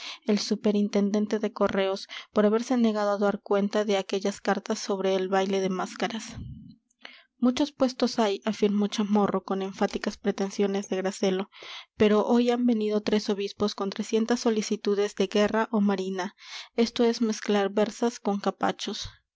el superintendente de correos por haberse negado a dar cuenta de aquellas cartas sobre el baile de máscaras muchos puestos hay afirmó chamorro con enfáticas pretensiones de gracejo pero hoy han venido tres obispos con trescientas solicitudes de guerra o marina esto es mezclar berzas con capachos